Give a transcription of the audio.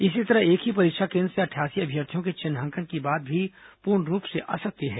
इसी तरह एक ही परीक्षा केन्द्र से अठासी अभ्यर्थियों के चिन्हांकन की बात भी पूर्ण रूप से असत्य है